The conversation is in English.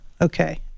Okay